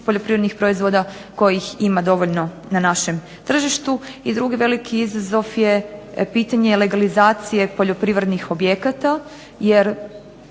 poljoprivrednih proizvoda kojih ima dovoljno na našem tržištu. I drugi veliki izazov je pitanje legalizacije poljoprivrednih objekata. Jer